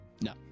No